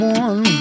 one